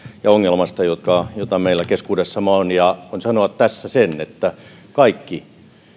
ja ongelmasta joka meillä keskuudessamme on ja voin sanoa tässä sen että kaikki